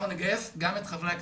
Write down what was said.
אנחנו נגייס גם את חברי הכנסת,